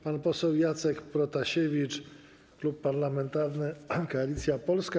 Pan poseł Jacek Protasiewicz, Klub Parlamentarny Koalicja Polska.